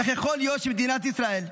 איך יכול להיות שמדינת ישראל,